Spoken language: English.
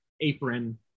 apron